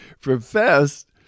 professed